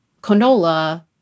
canola